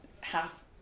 half